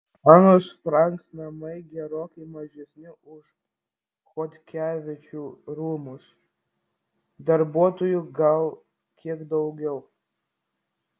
anos frank namai gerokai mažesni už chodkevičių rūmus darbuotojų gal kiek daugiau